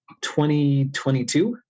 2022